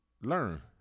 learn